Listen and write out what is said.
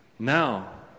Now